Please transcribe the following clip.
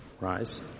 rise